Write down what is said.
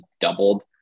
doubled